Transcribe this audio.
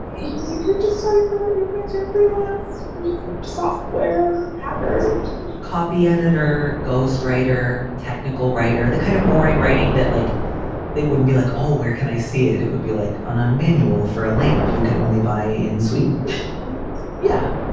you could just sorry for your friends. your freelance software hacker copyeditor. ghost writer. technical writer. the kind of boring writing that like they wouldn't be like, oh, where can i see it? it would be like on a manual for a lamp. you can only buy in sweden yeah.